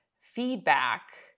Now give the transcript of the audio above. feedback